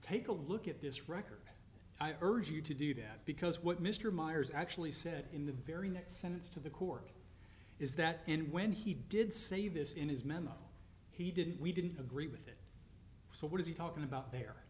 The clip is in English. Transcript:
take a look at this record i urge you to do that because what mr myers actually said in the very next sentence to the court is that and when he did say this in his memo he didn't we didn't agree with it so what is he talking about the